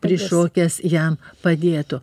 prišokęs jam padėtų